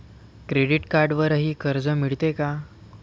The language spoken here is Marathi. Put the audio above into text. क्रेडिट कार्डवरही कर्ज मिळते का?